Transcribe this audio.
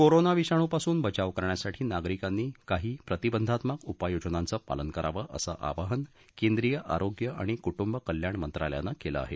corona विषाणूपासून बचाव करण्यासाठी नागरिकांनी काही प्रतिबंधात्मक उपाययोजनांचं पालन करावं असं आवाहन केंद्रीय आरोग्य आणि कुटुंब कल्याण मंत्रालयानं केलं आहे